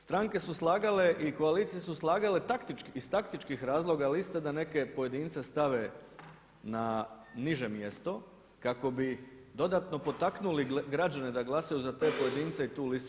Stranke su slagale i koalicije su slagale iz taktičkih razloga liste da neke pojedince stave na niže mjesto kako bi dodatno potaknuli građane da glasaju za te pojedince i tu listu.